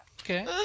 Okay